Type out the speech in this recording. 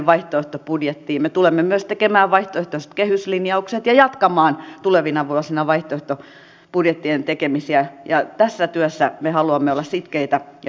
me tulemme myös tekemään vaihtoehtoiset kehyslinjaukset ja jatkamaan tulevina vuosina vaihtoehtobudjettien tekemisiä ja tässä työssä me haluamme olla sitkeitä ja johdonmukaisia